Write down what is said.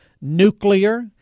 nuclear